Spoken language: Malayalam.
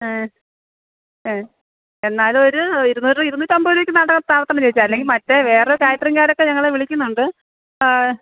ആ ആ എന്നാലും ഒരു ഇരുനൂറ് ഇരുന്നൂറ്റമ്പത് രൂപയ്ക്ക് ചേച്ചി അല്ലെങ്കിൽ മറ്റേ വേറെ കാറ്ററിങ്ങ്കാരൊക്കെ ഞങ്ങളെ വിളിക്കുന്നുണ്ട്